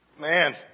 man